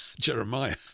jeremiah